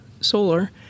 solar